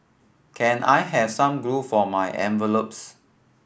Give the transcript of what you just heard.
can I have some glue for my envelopes